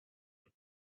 have